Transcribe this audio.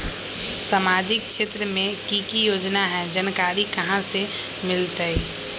सामाजिक क्षेत्र मे कि की योजना है जानकारी कहाँ से मिलतै?